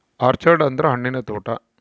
orchard ಅಂದ್ರ ಹಣ್ಣಿನ ತೋಟ